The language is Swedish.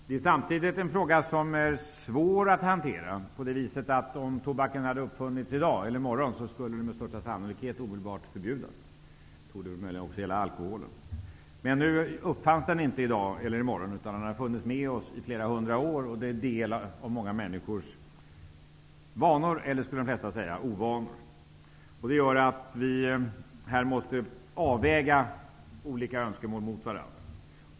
Det är samtidigt en fråga som är svår att hantera på det viset att om tobaken hade uppfunnits i dag skulle den med största sannolikhet omedelbart förbjudas. Det torde väl möjligen också gälla alkoholen. Men nu kommer tobaken inte att uppfinnas i dag eller i morgon, utan den har funnits med oss i flera hundra år och är en del av många människors vanor -- eller ovanor, som de flesta skulle säga. Det gör att vi måste avväga olika önskemål mot varandra.